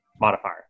modifier